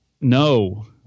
no